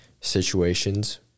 situations